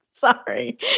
Sorry